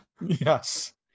Yes